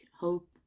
hope